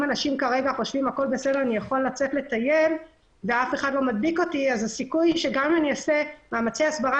אם אנשים חושבים שכרגע הכול בסדר אז הסיכוי להפצת האפליקציה